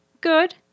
Good